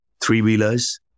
three-wheelers